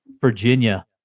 virginia